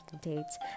dates